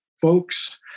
folks